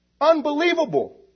Unbelievable